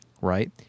right